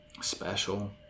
special